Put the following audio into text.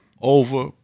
Over